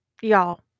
Y'all